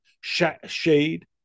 shade